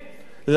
למה?